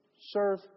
serve